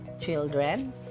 children